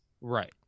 right